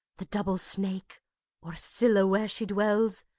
the double snake or scylla, where she dwells,